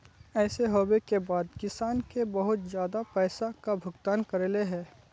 ऐसे होबे के बाद किसान के बहुत ज्यादा पैसा का भुगतान करले है?